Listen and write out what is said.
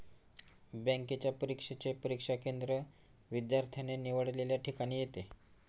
बँकेच्या परीक्षेचे परीक्षा केंद्र विद्यार्थ्याने निवडलेल्या ठिकाणी येते